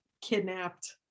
kidnapped